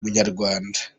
munyarwanda